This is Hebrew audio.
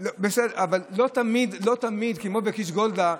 --- אבל לא תמיד, כמו בכביש גולדה,